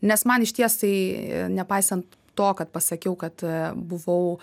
nes man išties tai nepaisant to kad pasakiau kad buvau